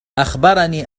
أخبرني